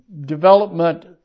development